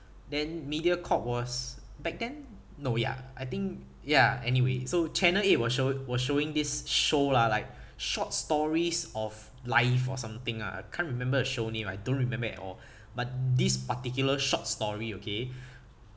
then mediacorp was back then no ya I think ya anyway so channel eight was show was showing this show lah like short stories of life or something ah I can't remember the show name I don't remember at all but this particular short story okay